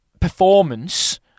performance